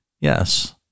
Yes